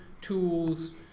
tools